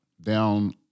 down